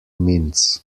mints